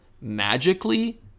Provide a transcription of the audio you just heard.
magically